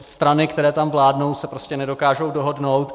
Strany, které tam vládnou, se nedokážou dohodnout.